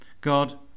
God